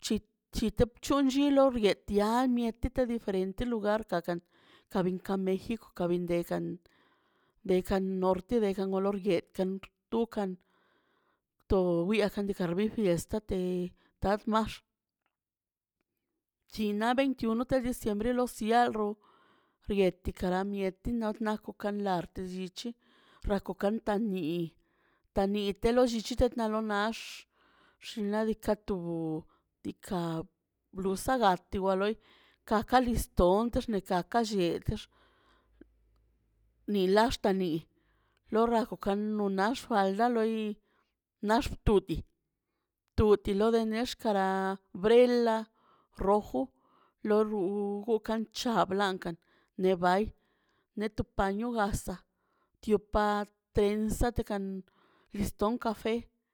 c̱h- chite c̱hon chilo rietia miete te diferente lugar ka kan kabin ka mexico ka benꞌ dekan de kan norte de kan lorguet kan tu kan to wiaakaꞌ rikar fiesta te kar max chin naꞌ veitiuno de diciembre lo sierro rieti kara mieti no naꞌ ko ka lark llichi rako ka nako kantinii lollchite ḻa lo nax xnaꞌ diikaꞌ tubu diikaꞌ diikaꞌ blusa galt galoy kaka listonx ne kaka xex ni ḻax tani lo rajo kanu nax falda ḻoi nax to di to di nexj kanaꞌ breḻa rojo lo rou gokun c̱ha blancan ne bay ne to paño to gasa tio pa tensa tekan liston cafe.